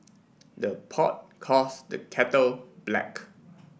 the pot calls the kettle black